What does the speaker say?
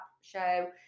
show